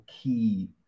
key